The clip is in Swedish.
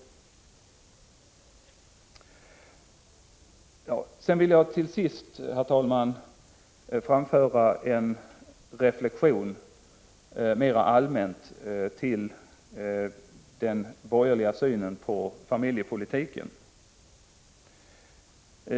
Herr talman! Till sist vill jag framföra en reflexion mera allmänt om den borgerliga synen på familjepolitiken.